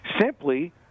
simply